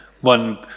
One